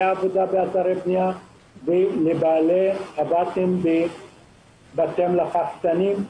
עבודה באתרי בנייה ולבעלי הבית בבתי מלאכה קטנים.